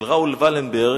של ראול ולנדברג,